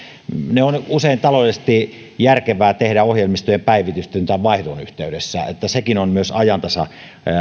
ne on usein taloudellisesti järkevää tehdä ohjelmistojen päivitysten tai vaihdon yhteydessä niin että sekin on myös ajantasa